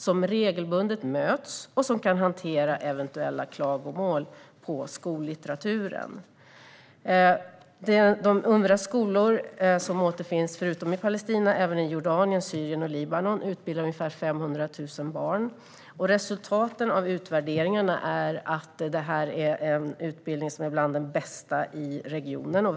De möts regelbundet och kan hantera eventuella klagomål på skollitteraturen. Förutom i Palestina finns det 100 skolor även i Jordanien, Syrien och Libanon. De utbildar ungefär 500 000 barn. Resultaten av utvärderingarna är att detta är en utbildning som är bland de bästa i regionen.